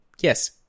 yes